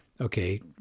okay